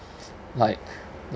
like